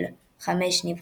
הצעה דומה,